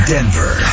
Denver